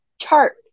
chart